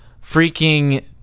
freaking